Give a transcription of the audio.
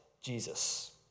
Jesus